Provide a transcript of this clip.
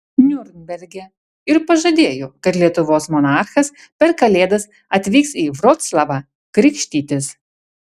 niurnberge ir pažadėjo kad lietuvos monarchas per kalėdas atvyks į vroclavą krikštytis